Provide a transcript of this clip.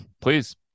please